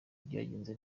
byagenze